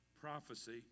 prophecy